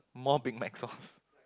more Big Mac sauce